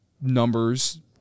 numbers